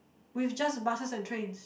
with just buses and trains